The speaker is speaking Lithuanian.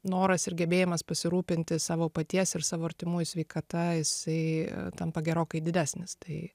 noras ir gebėjimas pasirūpinti savo paties ir savo artimųjų sveikata jisai tampa gerokai didesnis tai